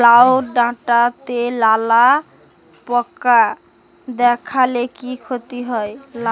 লাউ ডাটাতে লালা পোকা দেখালে কি ক্ষতি হয়?